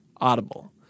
Audible